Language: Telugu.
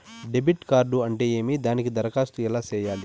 డెబిట్ కార్డు అంటే ఏమి దానికి దరఖాస్తు ఎలా సేయాలి